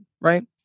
right